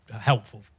helpful